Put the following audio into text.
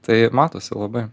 tai matosi labai